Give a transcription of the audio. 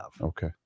Okay